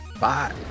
Bye